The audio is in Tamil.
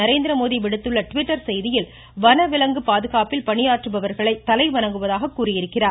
நரேந்திரமோடி விடுத்துள்ள ட்விட்டர் செய்தியில் வனவிலங்கு பாதுகாப்பில் பணியாற்றுபவர்களை தலைவணங்குவதாக கூறியிருக்கிறார்